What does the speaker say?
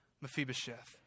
Mephibosheth